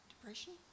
Depression